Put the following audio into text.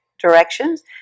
directions